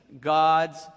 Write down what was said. God's